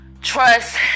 trust